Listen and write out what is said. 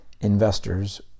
investors